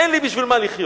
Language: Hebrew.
אין לי בשביל מה לחיות,